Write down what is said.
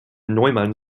neumann